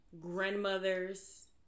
grandmother's